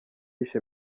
yishe